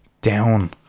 down